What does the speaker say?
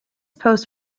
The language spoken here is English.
post